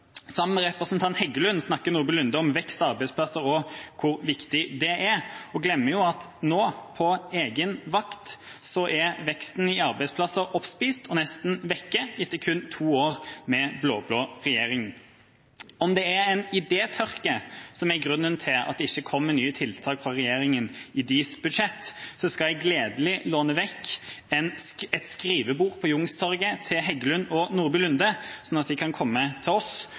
Sammen med representanten Heggelund snakker Nordby Lunde om vekst av arbeidsplasser, hvor viktig det er, og glemmer at nå, på egen vakt, så er veksten i arbeidsplasser oppspist og nesten vekk, etter kun to år med blå-blå regjering. Om det er en idétørke som er grunnen til at det ikke kommer nye tiltak fra regjeringa i deres budsjett, skal jeg gladelig låne vekk et skrivebord på Youngstorget til Heggelund og Nordby Lunde sånn at de kan komme til oss